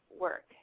work